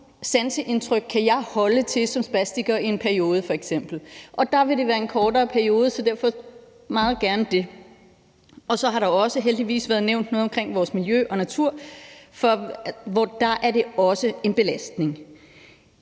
mange sanseindtryk man kan holde til i en periode. Der vil det være en kortere periode, så derfor vil vi meget gerne det. Så har der heldigvis også været nævnt noget om vores miljø og natur, for der er det også en belastning.